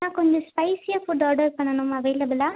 ஆ கொஞ்சம் ஸ்பைசியாக food order பண்ணணும் அவைலபிளா